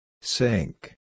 Sink